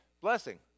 blessing